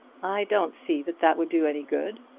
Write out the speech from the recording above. i don't see that that would do any good.